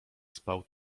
spał